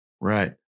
Right